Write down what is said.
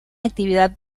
actividad